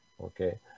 Okay